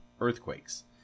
earthquakes